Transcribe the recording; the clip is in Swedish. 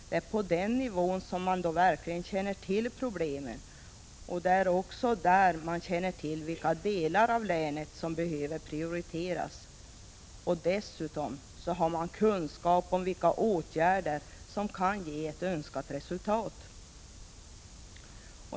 Det är på den nivån man känner till problemen, och det är också där man känner till vilka delar av länet som behöver prioriteras. Dessutom har man kunskap om vilka åtgärder som kan ge önskat resultat.